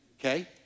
okay